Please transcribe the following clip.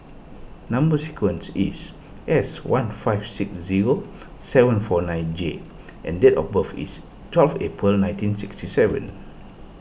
Number Sequence is S one five six zero seven four nine J and date of birth is twelve April nineteen sixty seven